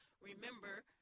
remember